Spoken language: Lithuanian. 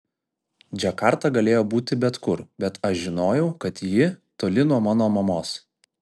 džakarta galėjo būti bet kur bet aš žinojau kad ji toli nuo mano mamos